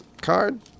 card